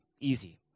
Easy